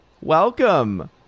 welcome